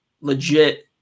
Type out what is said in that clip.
legit